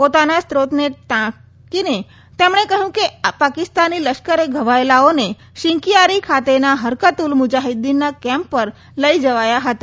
પોતાના સ્ત્રોતને ટાંકીને તેણે કહ્યું કે આ પાકિસ્તાની લશ્કરે ઘવાયેલાઓને શિન્કીયારી ખાતેના હરકત ઉલ મુજાફીદ્દીનના કેમ્પ પર લઈ જવાયા હતા